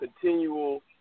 continual